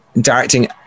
directing